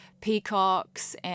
peacocks